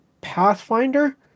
Pathfinder